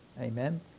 amen